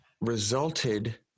resulted